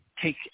take